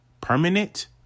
Permanent